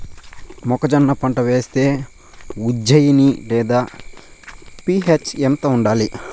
మొక్కజొన్న పంట వేస్తే ఉజ్జయని లేదా పి.హెచ్ ఎంత ఉండాలి?